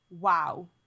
wow